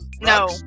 No